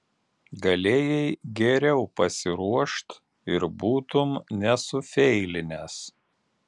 galėjai geriau pasiruošt ir būtum nesufeilinęs